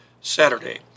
Saturday